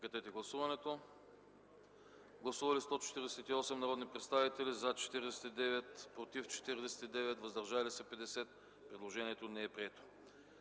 Моля, гласувайте. Гласували 151 народни представители: за 50, против 71, въздържали се 30. Предложението не е прието.